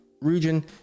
region